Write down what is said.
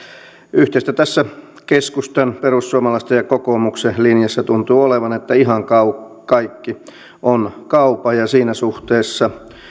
yhteistä tässä keskustan perussuomalaisten ja kokoomuksen linjassa tuntuu olevan että ihan kaikki on kaupan ja siinä suhteessa